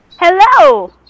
Hello